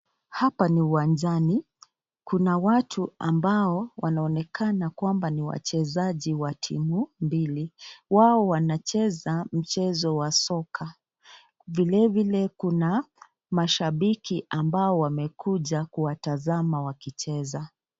Hapa ni uwanjani, kuna watu ambao wanaonekana kwamba ni wachezaji wa timu mbili, wao wanacheza mchezo wa soka. Vilevile kuna mashambiki ambao wamekuja kuwatazama wakicheza.